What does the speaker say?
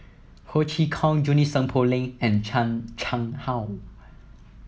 Ho Chee Kong Junie Sng Poh Leng and Chan Chang How